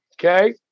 Okay